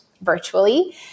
virtually